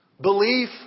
belief